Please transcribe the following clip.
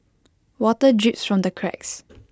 water drips from the cracks